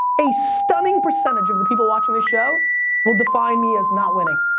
a stunning percentage of the people watching the show will define me as not winning.